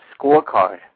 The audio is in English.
scorecard